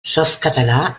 softcatalà